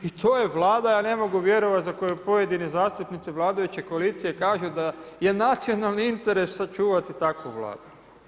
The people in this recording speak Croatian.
I to je Vlada ja ne mogu vjerovati za koju pojedini zastupnici vladajuće koalicije kažu da je nacionalni interes sačuvati takvu Vladu.